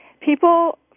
people